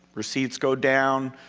receipts go down,